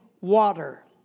water